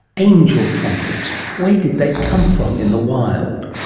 angels' trumpets. where did they come from in the wild?